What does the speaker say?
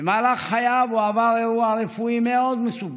במהלך חייו הוא עבר אירוע רפואי מאוד מסובך,